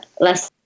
less